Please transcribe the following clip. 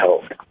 help